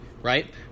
right